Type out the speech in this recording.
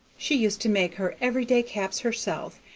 she used to make her every-day caps herself,